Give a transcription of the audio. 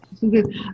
good